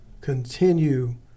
continue